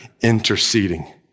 interceding